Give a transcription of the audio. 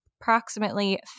approximately